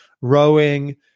rowing